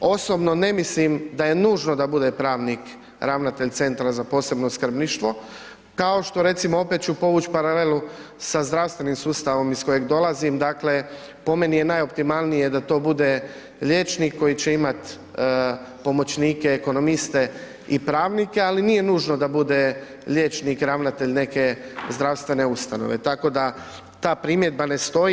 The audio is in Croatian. Osobno ne mislim da je nužno da bude pravnik ravnatelj Centra za posebno skrbništvo kao što recimo, opet ću povući paralelu sa zdravstvenim sustavom iz kojeg dolazim, dakle po meni je najoptimalnije da to bude liječnik koji će imati pomoćnike ekonomiste i pravnike, ali nije nužno da bude liječnik ravnatelj neke zdravstvene ustanove, tako da ta primjedba ne stoji.